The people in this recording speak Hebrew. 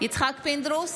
יצחק פינדרוס,